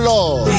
Lord